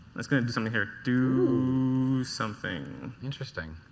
let's kind of do something here. do something. interesting.